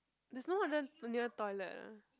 there's no other near toilet ah